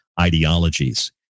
ideologies